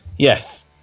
Yes